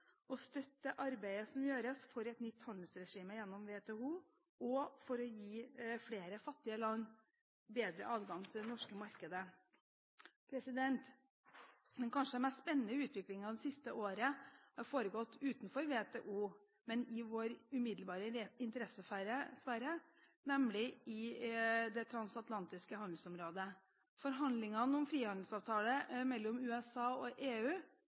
støtte arbeidet som gjøres for et nytt handelsregime gjennom WTO, og for å gi flere fattige land bedre adgang til det norske markedet. Den kanskje mest spennende utviklingen det siste året har foregått utenfor WTO, men i vår umiddelbare interessesfære, nemlig i det transatlantiske handelsområdet. Forhandlingene om en frihandelsavtale mellom USA og EU